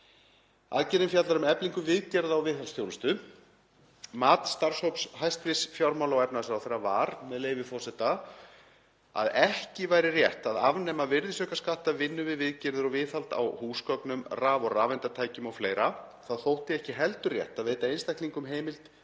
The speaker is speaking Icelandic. Aðgerðin fjallar um eflingu viðgerða og viðhaldsþjónustu. Mat starfshóps hæstv. fjármála- og efnahagsráðherra var, með leyfi forseta, að ekki væri rétt að afnema virðisaukaskatt af vinnu við viðgerðir og viðhald á húsgögnum, raf- og rafeindatækjum o.fl. Það þótti ekki heldur rétt að veita einstaklingum heimild